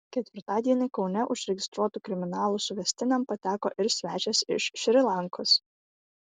ketvirtadienį kaune užregistruotų kriminalų suvestinėn pateko ir svečias iš šri lankos